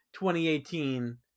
2018